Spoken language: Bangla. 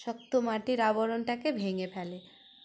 শক্ত মাটির আবরণটাকে ভেঙে ফেলে